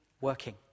working